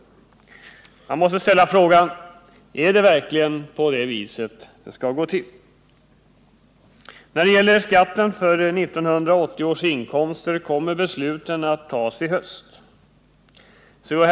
Jag måste ställa frågan: Är det verkligen så det skall gå till? När det gäller skatten för 1980 års inkomst kommer besluten att fattas i höst. C.-H.